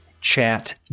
chat